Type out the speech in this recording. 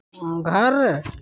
घर